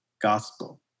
gospel